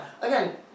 again